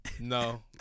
No